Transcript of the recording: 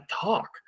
talk